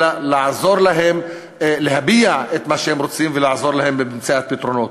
אלא לעזור להם להביע את מה שהם רוצים ולעזור להם במציאת פתרונות.